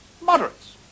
moderates